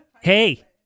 Hey